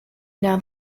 now